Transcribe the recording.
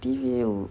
T_V oh